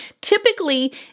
Typically